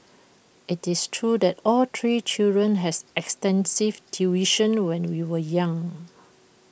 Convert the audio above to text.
IT is true that all three children has extensive tuition when we were young